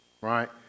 right